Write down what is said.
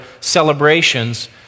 celebrations